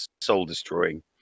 soul-destroying